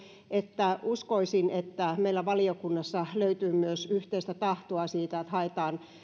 että uskoisin että meillä valiokunnassa löytyy myös yhteistä tahtoa siitä että haetaan